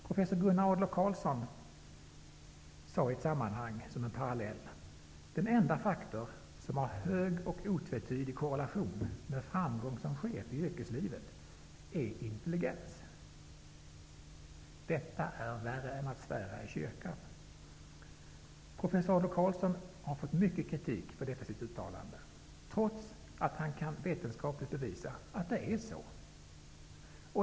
Professor Gunnar Adler-Karlsson sade i ett parallellt sammanhang: Den enda faktor som har hög och otvetydig korrelation med framgång som chef i yrkeslivet är intelligens! Detta är värre än att svära i kyrkan. Professor Adler-Karlsson har fått mycket kritik för detta sitt uttalande, trots att han kan vetenskapligt bevisa att det är så.